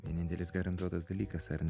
vienintelis garantuotas dalykas ar ne